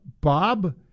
Bob